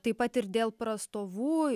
taip pat ir dėl prastovų